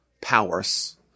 powers